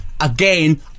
again